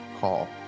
call